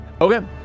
Okay